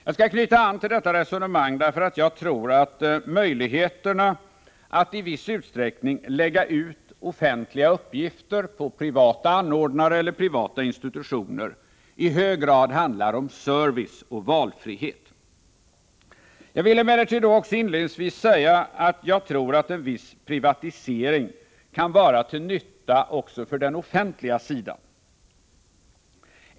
Jag skall knyta an till detta resonemang, därför att jag tror att möjligheterna att i viss utsträckning lägga ut offentliga uppgifter på privata anordnare eller privata institutioner i hög grad handlar om service och valfrihet. Jag vill emellertid då också inledningsvis säga att jag tror att en viss privatisering kan vara till nytta också för den offentliga sidan.